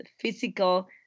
physical